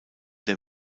der